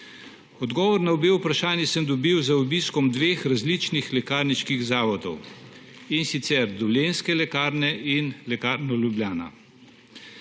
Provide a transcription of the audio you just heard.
Odgovor na obe vprašanji sem dobil z obiskom dveh različnih lekarniških zavodov, in sicer Dolenjske lekarne in Lekarne Ljubljana.